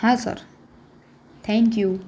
હા sir thank you